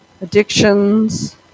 Addictions